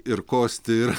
ir kosti ir